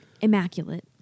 Immaculate